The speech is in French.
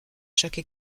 chaque